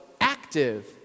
active